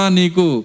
niku